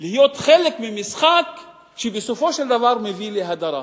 יהיו חלק ממשחק שבסופו של דבר מביא להדרה.